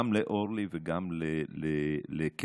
גם לאורלי וגם לקרן,